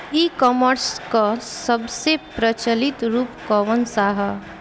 ई कॉमर्स क सबसे प्रचलित रूप कवन सा ह?